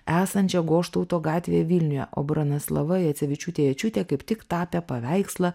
esančią goštauto gatvėj vilniuje o bronislava jacevičiūtė jėčiūtė kaip tik tapė paveikslą